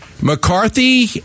McCarthy